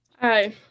hi